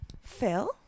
Phil